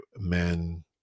men